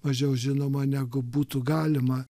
mažiau žinoma negu būtų galima